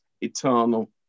eternal